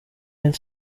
haile